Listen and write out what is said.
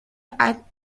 hâtent